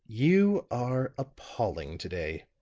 you are appalling to-day,